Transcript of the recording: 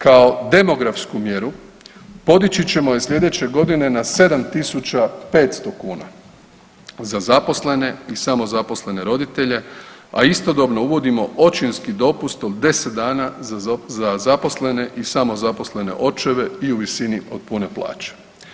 Kao demografsku mjeru podići ćemo je slijedeće godine na 7.500 kuna za zaposlene i samozaposlene roditelje, a istodobno uvodimo očinski dopust od 10 dana za zaposlene i samozaposlene očeve i u visini od pune plaće.